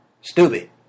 Stupid